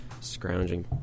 Scrounging